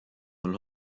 mul